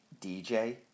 DJ